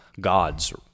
gods